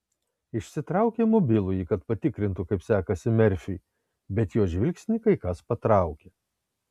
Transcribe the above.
išsitraukė mobilųjį kad patikrintų kaip sekasi merfiui bet jos žvilgsnį kai kas patraukė